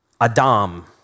Adam